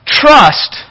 trust